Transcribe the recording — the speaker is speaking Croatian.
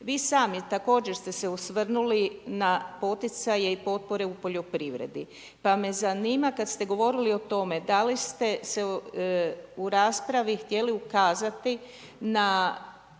Vi sami također ste se osvrnuli na poticaje i potpore u poljoprivredi. Pa me zanima kada ste govorili o tome da li ste u raspravi htjeli ukazati na